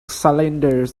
cylinder